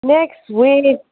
next week